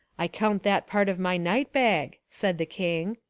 i count that part of my night bag, said the king.